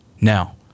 Now